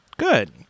Good